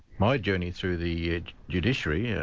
my journey through the judiciary, yeah